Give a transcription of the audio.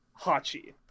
Hachi